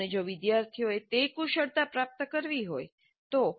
અને જો વિદ્યાર્થીઓએ તે કુશળતા પ્રાપ્ત કરવી હોય તો